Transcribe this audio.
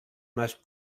must